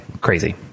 crazy